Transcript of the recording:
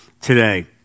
today